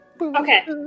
Okay